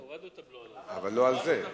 תוריד, הורדנו הבלו, אבל לא על זה.